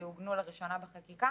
שיעוגנו לראשונה בחקיקה